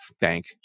bank